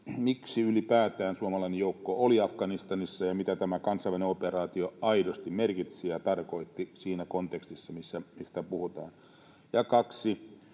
miksi suomalainen joukko ylipäätään oli Afganistanissa ja mitä tämä kansainvälinen operaatio aidosti merkitsi ja tarkoitti siinä kontekstissa, mistä puhutaan. 2) Me